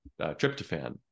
tryptophan